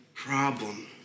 Problem